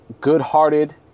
good-hearted